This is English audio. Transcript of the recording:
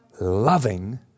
Loving